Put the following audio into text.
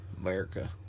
America